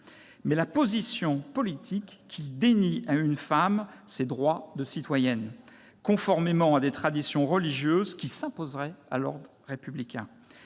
mais la position politique qui dénie à une femme ses droits de citoyenne, conformément à des traditions religieuses qui s'imposeraient à l'ordre républicain.